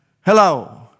Hello